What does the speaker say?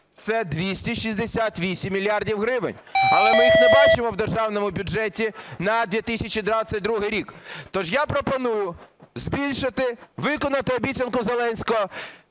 це 268 мільярдів гривень. Але ми їх не бачимо у Державному бюджеті на 2022 рік. Тож я пропоную збільшити, виконати обіцянку Зеленського.